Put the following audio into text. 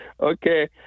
Okay